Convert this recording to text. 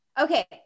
Okay